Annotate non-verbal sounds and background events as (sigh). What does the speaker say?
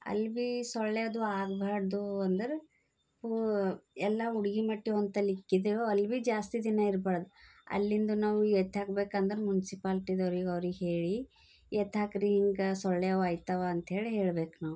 ಅಲ್ಲೂ ಬೀ ಸೊಳ್ಳೆ ಅದು ಆಗ್ಬಾರ್ದು ಅಂದ್ರೆ ಪೂ ಎಲ್ಲ (unintelligible) ಇಟ್ಟಿದ್ದೆವು ಅಲ್ಲೂ ಬಿ ಜಾಸ್ತಿ ದಿನ ಇರ್ಬಾರ್ದು ಅಲ್ಲಿಂದ ನಾವು ಎತ್ತಿ ಹಾಕ್ಬೇಕಂದ್ರೆ ಮುನ್ಸಿಪಾಲ್ಟಿಯವ್ರಿಗ್ ಅವ್ರಿಗೆ ಹೇಳಿ ಎತ್ತಿ ಹಾಕ್ರಿ ಹಿಂಗ ಸೊಳ್ಳೆವ್ ಆಗ್ತಾವ ಅಂತ ಹೇಳಿ ಹೇಳ್ಬೇಕು ನಾವು